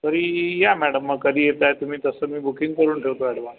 तरी या मॅडम मग कधी येताय तुम्ही तसं मी बुकिंग करून ठेवतो अॅडव्हान्स